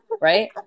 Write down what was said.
Right